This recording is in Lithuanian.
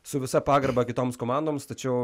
su visa pagarba kitoms komandoms tačiau